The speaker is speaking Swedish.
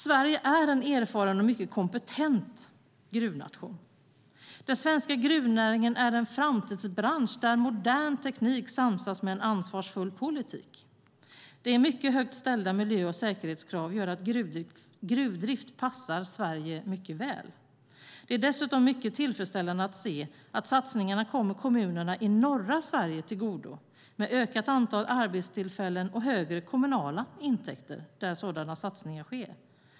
Sverige är en erfaren och mycket kompetent gruvnation. Den svenska gruvnäringen är en framtidsbransch där modern teknik samsas med en ansvarsfull politik. De mycket högt ställda miljö och säkerhetskraven gör att gruvdrift passar Sverige mycket väl. Det är dessutom mycket tillfredsställande att se att satsningarna kommer kommunerna i norra Sverige till godo med ökat antal arbetstillfällen och högre kommunala intäkter där sådana satsningar sker.